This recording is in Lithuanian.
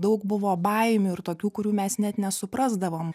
daug buvo baimių ir tokių kurių mes net nesuprasdavom